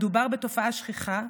מדובר בתופעה שכיחה,